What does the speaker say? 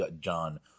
John